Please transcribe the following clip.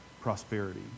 prosperity